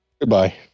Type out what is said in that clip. Goodbye